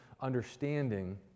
understanding